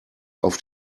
auf